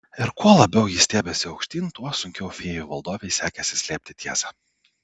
ir kuo labiau ji stiebėsi aukštyn tuo sunkiau fėjų valdovei sekėsi slėpti tiesą